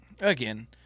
Again